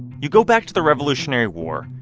you go back to the revolutionary war,